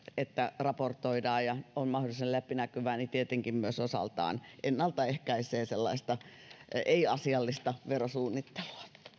että raportoidaan ja on mahdollisimman läpinäkyvää tietenkin myös osaltaan ennaltaehkäisee ei asiallista verosuunnittelua